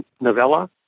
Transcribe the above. novella